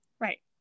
Right